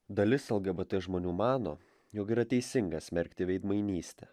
dalis lgbt žmonių mano jog yra teisinga smerkti veidmainystę